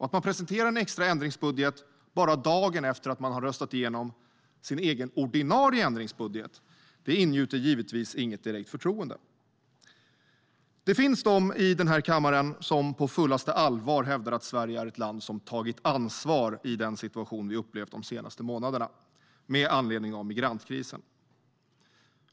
Att man presenterar en extra ändringsbudget bara dagen efter att man röstat igenom sin egen ordinarie ändringsbudget ingjuter givetvis inget direkt förtroende. Det finns de i den här kammaren som på fullaste allvar hävdar att Sverige är ett land som "tagit ansvar" i den situation vi upplevt de senaste månaderna med anledning av migrantkrisen.